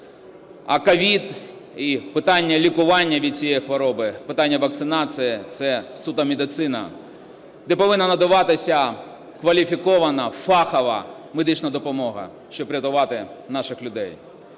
А COVID і питання лікування від цієї хвороби, питання вакцинації – це суто медицина, де повинна надаватися кваліфікована фахова медична допомога, щоб рятувати наших людей.